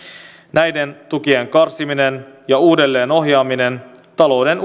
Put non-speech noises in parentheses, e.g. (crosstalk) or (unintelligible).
näiden tukien karsiminen ja uudelleenohjaaminen talouden (unintelligible)